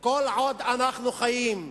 כל עוד אנו חיים,